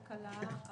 כלכלה,